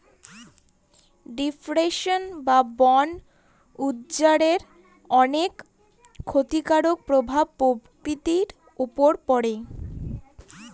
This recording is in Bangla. ডিফরেস্টেশন বা বন উজাড়ের অনেক ক্ষতিকারক প্রভাব প্রকৃতির উপর পড়ে